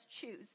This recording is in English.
choose